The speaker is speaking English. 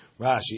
Rashi